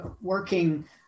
working